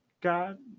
God